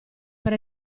per